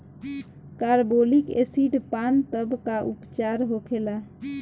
Carbolic acid पान तब का उपचार होखेला?